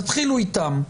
תתחילו איתם,